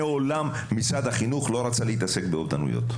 מעולם משרד החינוך לא רצה להתעסק באובדנויות.